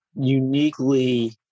uniquely